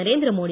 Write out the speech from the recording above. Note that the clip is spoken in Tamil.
நரேந்திர மோடி